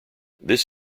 this